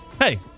Hey